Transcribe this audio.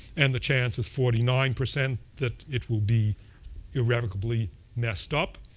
and the chance at forty nine percent that it will be irrevocably messed up.